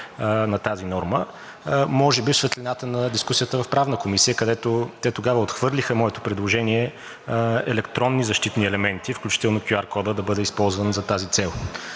на тази норма. Може би в светлината на дискусията в Правната комисия, където те тогава отхвърлиха моето предложение – електронни защитни елементи, включително кюаркодът да бъде използван за тази цел.